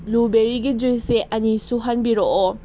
ꯕ꯭ꯂꯨꯕꯦꯔꯤꯒꯤ ꯖꯨꯏꯁꯁꯦ ꯑꯅꯤ ꯁꯨꯍꯟꯕꯤꯔꯛꯑꯣ